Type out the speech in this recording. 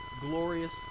glorious